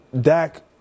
Dak